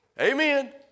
Amen